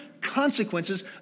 consequences